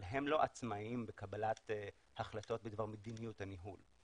אבל הם לא עצמאיים בקבלת החלטות בדבר מדיניות הניהול בהשקעות.